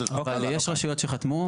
אבל יש רשויות שחתמו.